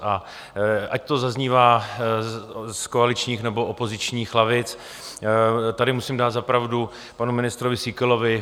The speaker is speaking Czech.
A ať to zaznívá z koaličních, nebo opozičních lavic, tady musím dát za pravdu panu ministrovi Síkelovi.